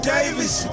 Davis